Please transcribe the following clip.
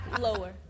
Lower